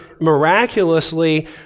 miraculously